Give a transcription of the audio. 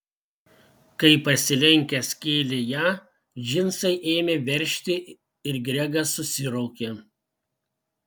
kai pasilenkęs kėlė ją džinsai ėmė veržti ir gregas susiraukė